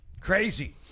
Crazy